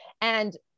And-